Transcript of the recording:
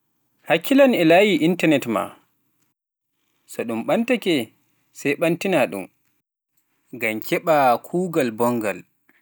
Hakkilan e laayi intanet maa so ɗum ɓantake, sey ɓantinaa-ɗum ngam keɓaa kuugal boonngal.